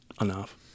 enough